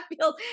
feels